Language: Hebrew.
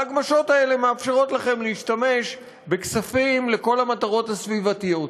וההגמשות האלה מאפשרות לכם להשתמש בכספים לכל המטרות הסביבתיות.